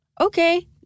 Okay